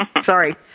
Sorry